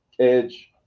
Edge